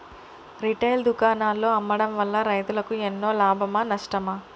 Retail దుకాణాల్లో అమ్మడం వల్ల రైతులకు ఎన్నో లాభమా నష్టమా?